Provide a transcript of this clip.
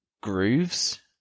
grooves